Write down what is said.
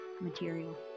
material